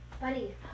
Buddy